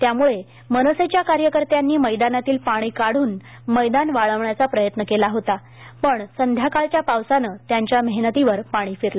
त्यामुळे मनसेच्या कार्यकर्त्यांनी मैदानातील पाणी काढून मैदान वाळवण्याचा प्रयत्न केला होता पण संध्याकाळच्या पावसानं त्यांच्या मेहनतीवर पाणी फिरलं